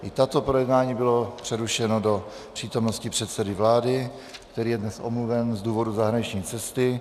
I toto projednání bylo přerušeno do přítomnosti předsedy vlády, který je dnes omluven z důvodu zahraniční cesty.